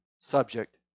subject